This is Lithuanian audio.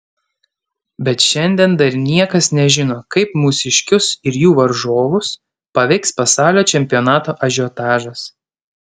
bet šiandien dar niekas nežino kaip mūsiškius ir jų varžovus paveiks pasaulio čempionato ažiotažas